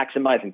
maximizing